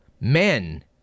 men